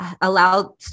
allow